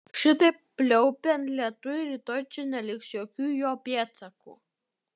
šitaip pliaupiant lietui rytoj čia neliks jokių jo pėdsakų